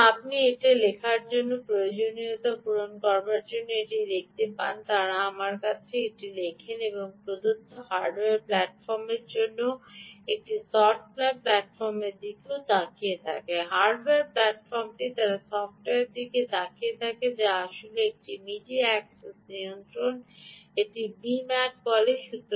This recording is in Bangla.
সুতরাং আপনি এটি লেখার প্রয়োজনীয়তাগুলি পূরণ করার জন্য এটি দেখতে পান তারা আমার কাছে এটি লেখেন এটি একটি প্রদত্ত হার্ডওয়্যার প্ল্যাটফর্মের জন্য একটি সফ্টওয়্যার প্ল্যাটফর্মের দিকেও তাকিয়ে থাকে হার্ডওয়্যার প্ল্যাটফর্মটি তারা সফ্টওয়্যারটির দিকে তাকিয়ে থাকে যা আসলে একটি মিডিয়া অ্যাক্সেস নিয়ন্ত্রণ প্রোটোকল Protocol এটিকে বি ম্যাক বলে